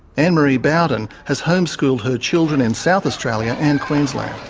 annmarie bawden has homeschooled her children in south australia and queensland.